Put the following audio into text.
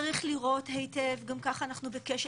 צריך לראות היטב גם ככה אנחנו בכשל